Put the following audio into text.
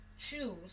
choose